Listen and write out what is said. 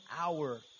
hour